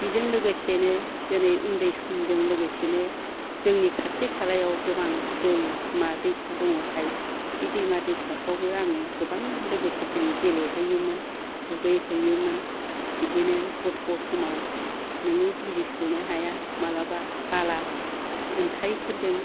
बिजों लोगोसेनो दिनै उन्दै समजों लोगोसेनो जोंनि खाथि खालायाव गोबां दैमा दैसा दङखाय बे दैमा दैसाफ्रावबो आङो गोबां लोगोफोरजों गेलेहैयोमोन दुगैहैयोमोन बिदिनो गथ' समाव नोङो बुजिस'नो हाया मालाबा बाला अन्थायफोरजों